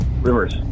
Rivers